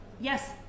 Yes